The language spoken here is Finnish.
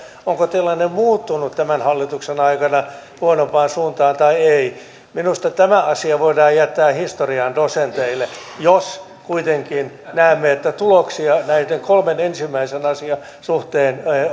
onko tilanne muuttunut tämän hallituksen aikana huonompaan suuntaan tai ei minusta tämä asia voidaan jättää historian dosenteille jos kuitenkin näemme että tuloksia näiden kolmen ensimmäisen asian suhteen